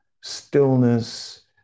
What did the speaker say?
Stillness